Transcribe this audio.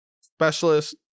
Specialist